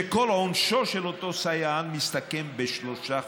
וכל עונשו של אותו סייען מסתכם בשלושה חודשים.